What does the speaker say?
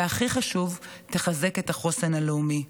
והכי חשוב: תחזק את החוסן הלאומי.